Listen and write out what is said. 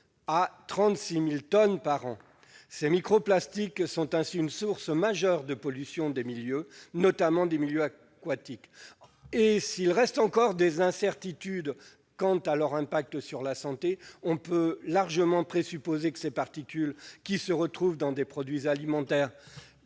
36 000 tonnes par anCes microplastiques sont ainsi une source majeure de pollution des milieux, notamment des milieux aquatiques. S'il reste encore des incertitudes quant à leur impact sur la santé, on peut largement présupposer que ces particules, qui se retrouvent dans des produits alimentaires